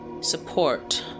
Support